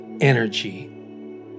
energy